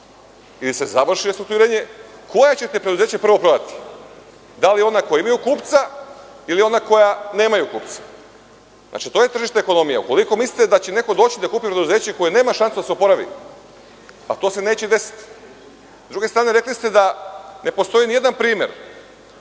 ili se završi restrukturiranje, koja ćete preduzeća prvo prodati? Da li ona koja imaju kupca, ili ona koja nemaju kupca? Znači, to je tržišna ekonomija. Ukoliko mislite da će neko doći da kupi preduzeće koje nema šansu da se oporavi, a to se neće desiti.S druge strane, rekli ste da ne postoji nijedan primer